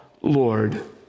Lord